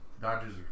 Dodgers